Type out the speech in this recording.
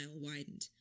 widened